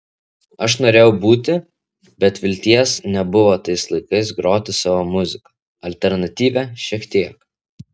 aš norėjau būti bet vilties nebuvo tais laikais groti savo muziką alternatyvią šiek tiek